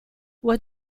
what